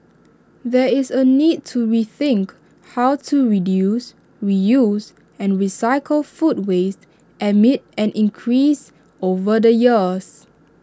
there is A need to rethink how to reduce reuse and recycle food waste amid an increase over the years